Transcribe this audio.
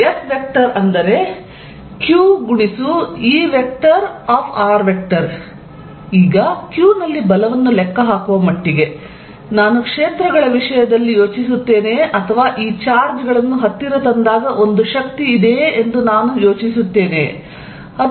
FqE ಈಗ q ನಲ್ಲಿ ಬಲವನ್ನು ಲೆಕ್ಕಹಾಕುವ ಮಟ್ಟಿಗೆ ನಾನು ಕ್ಷೇತ್ರಗಳ ವಿಷಯದಲ್ಲಿ ಯೋಚಿಸುತ್ತೇನೆಯೇ ಅಥವಾ ಈ ಚಾರ್ಜ್ಗಳನ್ನು ಹತ್ತಿರ ತಂದಾಗ ಒಂದು ಶಕ್ತಿ ಇದೆಯೇ ಎಂದು ನಾನು ಯೋಚಿಸುತ್ತೇನೆಯೇ